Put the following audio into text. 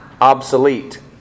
obsolete